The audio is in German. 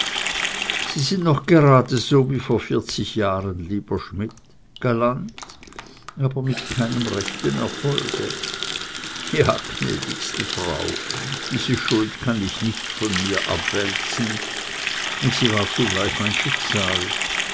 sie sind noch geradeso wie vor vierzig jahren lieber schmidt galant aber mit keinem rechten erfolge ja gnädigste frau diese schuld kann ich nicht von mir abwälzen und sie war zugleich mein schicksal